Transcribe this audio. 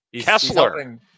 Kessler